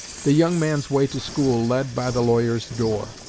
the young man's way to school led by the lawyer's door.